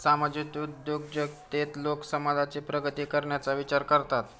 सामाजिक उद्योजकतेत लोक समाजाची प्रगती करण्याचा विचार करतात